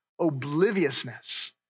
obliviousness